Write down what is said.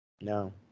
No